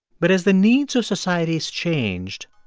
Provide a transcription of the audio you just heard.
but, as the needs of societies changed,